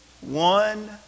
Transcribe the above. One